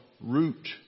root